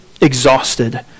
exhausted